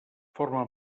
forma